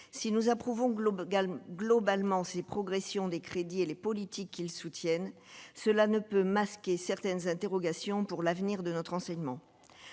si nous approuvons globe globalement ces progression des crédits et les politiques qui le soutiennent, cela ne peut masquer certaines interrogations pour l'avenir de notre enseignement